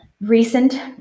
recent